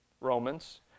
Romans